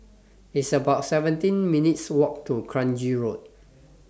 It's about seventeen minutes' Walk to Kranji Road